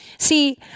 See